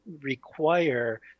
require